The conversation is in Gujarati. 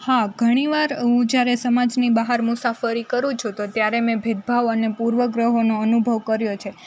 હા ઘણીવાર હું જ્યારે સમાજની બહાર મુસાફરી કરું છું તો ત્યારે મેં ભેદભાવ અને પૂર્વગ્રહોનો અનુભવ કર્યો છે